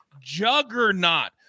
juggernaut